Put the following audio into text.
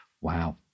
Wow